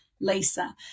Lisa